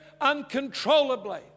uncontrollably